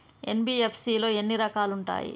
NBFC లో ఎన్ని రకాలు ఉంటాయి?